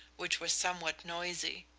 which was somewhat noisy.